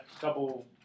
couple